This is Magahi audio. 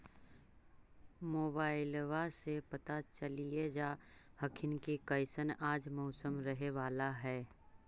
मोबाईलबा से पता चलिये जा हखिन की कैसन आज मौसम रहे बाला है?